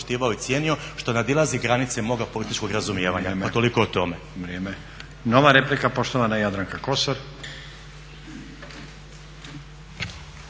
i cijenio, što nadilazi granice moga političkog razumijevanja. Toliko o tome. **Stazić, Nenad (SDP)** Nova replika, poštovana Jadranka Kosor.